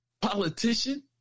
politician